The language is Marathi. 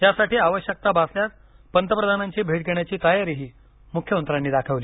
यासाठी आवश्यकता भासल्यास पंतप्रधानांची भेट घेण्याची तयारीही मख्यमंत्र्यांनी दाखवली